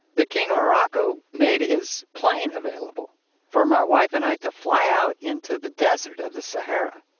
the king of morocco made his plane available for my wife and i to fly out into the desert of the sahara